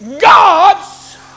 God's